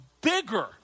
bigger